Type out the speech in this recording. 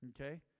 Okay